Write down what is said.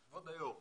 כבוד היושב ראש,